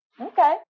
okay